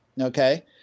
okay